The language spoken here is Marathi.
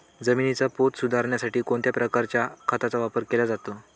जमिनीचा पोत सुधारण्यासाठी कोणत्या प्रकारच्या खताचा वापर केला जातो?